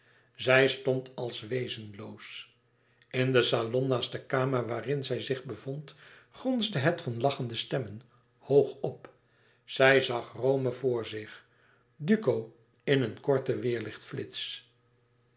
zij stond als wezenloos in den salon naast de kamer waarin zij zich bevond gonsde het van lachende stemmen hoog op zij zag rome voor zich duco in een korten weêrlichtflits